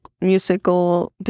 musical